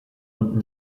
und